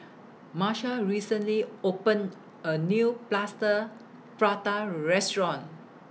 Marsha recently opened A New Plaster Prata Restaurant